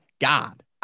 God